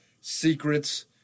secrets